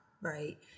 right